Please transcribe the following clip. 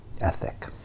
ethic